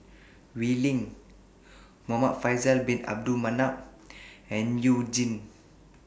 Wee Lin Muhamad Faisal Bin Abdul Manap and YOU Jin